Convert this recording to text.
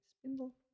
spindle